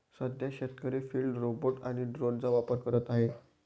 सध्या शेतकरी field robot आणि ड्रोनचा वापर करत आहेत